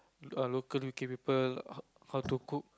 err local U_K people how how to cook